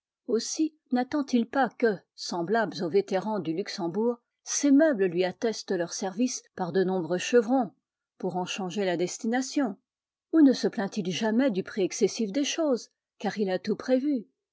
aussi nattend il pas que semblables aux vétérans du luxembourg ses meubles lui attestent leurs services par de nombreux chevrons pour en changer la destination et ne se plaint il jamais du prix excessif des choses car il a tout prévu